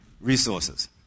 resources